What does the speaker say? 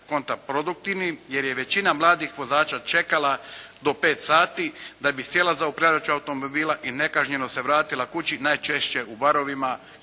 kontraproduktivnim jer je većina mladih vozača čekala do 5 sati da bi sjela za upravljač automobila i nekažnjeno se vratila kući najčešće u barovima,